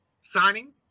signing